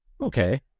Okay